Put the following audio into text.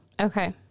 Okay